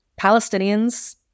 Palestinians-